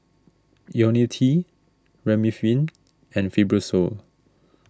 Ionil T Remifemin and Fibrosol